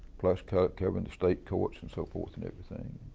plus covering the state courts and so forth, and everything.